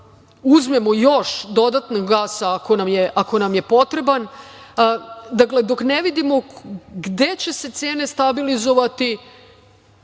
uzmemo još dodatnog gasa ako nam je potreban. Dakle, dok ne idimo gde će se cene stabilizovati